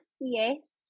yes